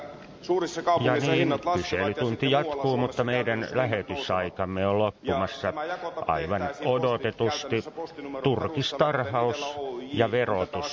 tämä jako tehtäisiin käytännössä postinumeron perusteella kuten itella oyj on tätä asiaa jo valmistellut